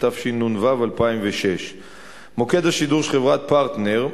התשנ"ו 2006. מוקד השידור של חברת "פרטנר",